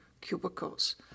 cubicles